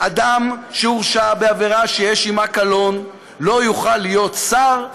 אדם שהורשע בעבירה שיש עימה קלון לא יוכל להיות שר,